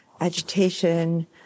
agitation